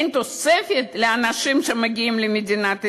אין תוספת לאנשים שמגיעים למדינת ישראל,